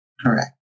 Correct